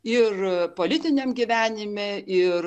ir politiniam gyvenime ir